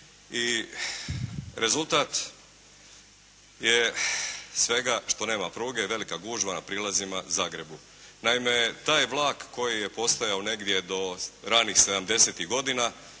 I rezultat je svega što nema pruge velika gužva na prijelazima Zagrebu. Naime taj vlak koji je postojao negdje do ranih 70-tih godina